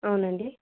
అవునండి